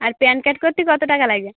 আর PAN card করতে কত টাকা লাগবে